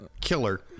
killer